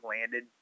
landed